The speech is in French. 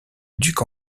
duc